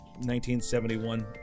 1971